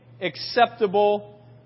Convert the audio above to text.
acceptable